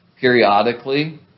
periodically